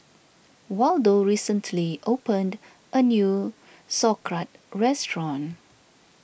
Waldo recently opened a new Sauerkraut restaurant